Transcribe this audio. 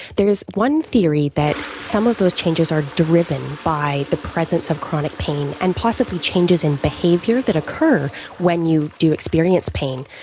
there's one theory that some of those changes are driven by the presence of pain, and possibly changes in behaviour that occur when you do experience pain.